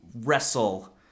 wrestle